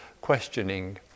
questioning